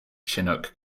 chinook